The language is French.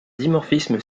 dimorphisme